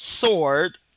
sword